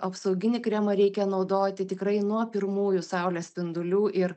apsauginį kremą reikia naudoti tikrai nuo pirmųjų saulės spindulių ir